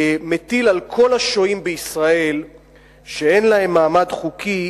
על כל השוהים בישראל שאין להם מעמד חוקי,